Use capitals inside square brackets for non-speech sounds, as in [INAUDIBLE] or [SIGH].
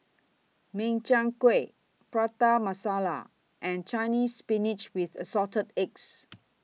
Min Chiang Kueh Prata Masala and Chinese Spinach with Assorted Eggs [NOISE]